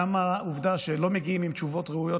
גם העובדה שלא מגיעים עם תשובות ראויות